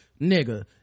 nigga